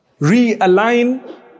realign